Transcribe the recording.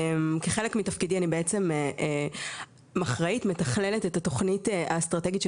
כחלק מתפקידי אני בעצם אחראית ומתכללת את התוכנית האסטרטגית של